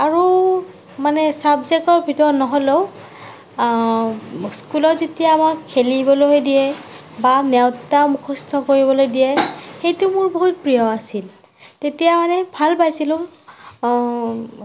আৰু মানে চাবজেক্টৰ ভিতৰত নহ'লেও স্কুলত যেতিয়া আমাক খেলিবলৈ দিয়ে বা নেওতা মুখস্থ কৰিবলৈ দিয়ে সেইটো মোৰ বহুত প্ৰিয় আছিল তেতিয়া মানে ভাল পাইছিলোঁ